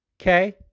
okay